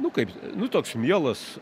nu kaip nu toks mielas